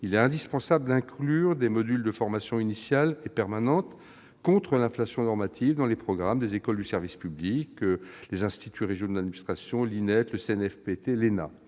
Il est indispensable d'inclure des modules de formation initiale et permanente contre l'inflation normative dans les programmes des écoles du service public, les instituts régionaux d'administration, les IRA,